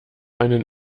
einen